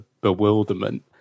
bewilderment